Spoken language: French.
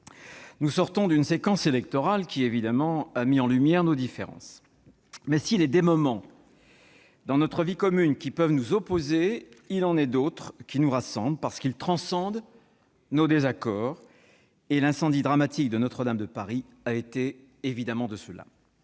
nous sortons d'une séquence électorale qui a mis en lumière nos différences. Mais s'il est des moments dans notre vie commune qui peuvent nous opposer, il en est d'autres qui nous rassemblent parce qu'ils transcendent nos désaccords, et l'incendie dramatique de Notre-Dame de Paris a été évidemment de ceux-là.